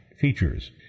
features